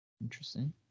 Interesting